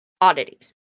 oddities